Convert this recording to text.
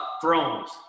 thrones